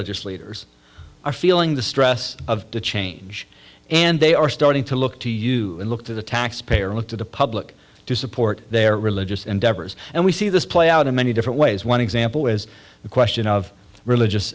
leaders are feeling the stress of the change and they are starting to look to you and look to the taxpayer look to the public to support their religious endeavors and we see this play out in many different ways one example is the question of religious